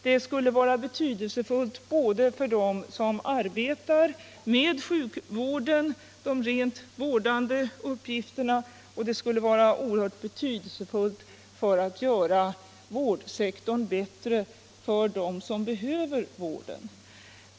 Det skulle vara betydelsefullt för dem som arbetar med de rent vårdande uppgifterna i sjukvården, och det skulle vara oerhört betydelsefullt också för att göra vårdsektorn bättre för dem som behöver vården.